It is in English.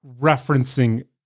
referencing